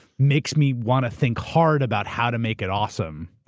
makes me want to think hard about how to make it awesome,